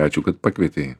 ačiū kad pakvietei